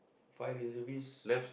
five reservist